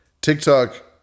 TikTok